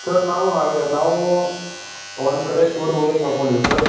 sir ನಾವು ಹಾಗೇ ನಾವು ಒಂದು ಕಡೆ ಟೂರ್ ಹೋಬೇಕು ಮಾಡ್ಕೊಂಡೀವಿ ಸರ್